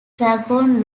dragon